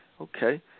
Okay